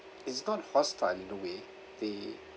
it's not hostile in the way they